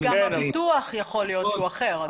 גם הביטוח יכול להיות שהוא אחר.